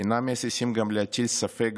אינם מהססים גם להטיל ספק